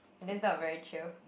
and that's not very chill